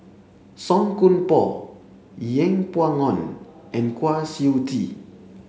Song Koon Poh Yeng Pway Ngon and Kwa Siew Tee